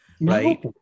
right